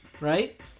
right